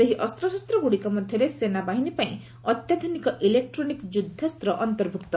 ସେହି ଅସ୍ତ୍ରଶସ୍ତ୍ରଗ୍ରଡ଼ିକ ମଧ୍ୟରେ ସେନାବାହିନୀ ପାଇଁ ଅତ୍ୟାଧୁନିକ ଇଲେକ୍ଟ୍ରୋନିକ୍ ଯୁଦ୍ଧାସ୍ତ ଅନ୍ତର୍ଭୁକ୍ତ